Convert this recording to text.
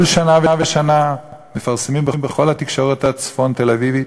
כל שנה ושנה מפרסמים בכל התקשורת הצפון-תל-אביבית: